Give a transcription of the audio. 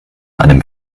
einem